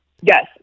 Yes